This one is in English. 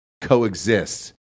coexist